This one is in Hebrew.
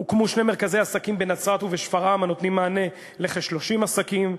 הוקמו שני מרכזי עסקים בנצרת ובשפרעם הנותנים מענה לכ-30 עסקים,